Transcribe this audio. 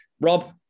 Rob